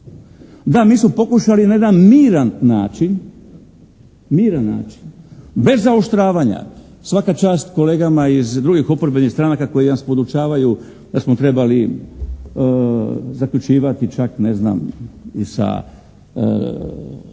Da, mi smo pokušali na jedan miran način, bez zaoštravanja, svaka čast kolegama iz drugih oporbenih stranaka koji nas podučavaju da smo trebali zaključivati čak ne znam, i sa